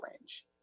range